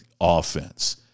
offense